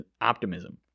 optimism